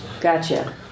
Gotcha